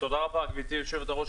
תודה רבה, גברתי יושבת-הראש.